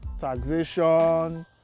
taxation